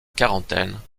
quarantaine